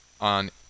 on